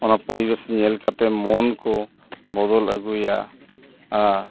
ᱚᱱᱟ ᱯᱚᱨᱤᱵᱮᱥ ᱧᱮᱞ ᱠᱟᱛᱮᱫ ᱢᱚᱱ ᱠᱚ ᱵᱚᱫᱚᱞ ᱟᱹᱜᱩᱭᱟ ᱟᱨ